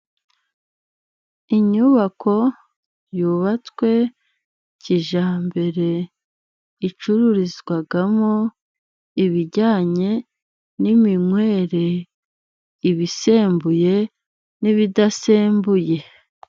Inyubako yubatswe kijyambere icururizwamo ibijyanye n'iminywere. Ibisembuye n'ibidasembuye.